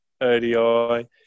ODI